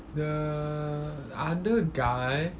the other guy